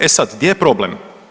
E sad gdje je problem?